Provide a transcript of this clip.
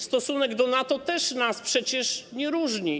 Stosunek do NATO też nas przecież nie różni.